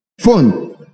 Phone